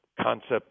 concept